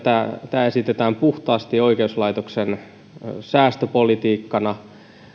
tämä esitetään puhtaasti oikeuslaitoksen säästöpolitiikkana